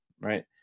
right